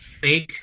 fake